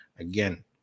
Again